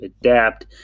adapt